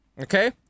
Okay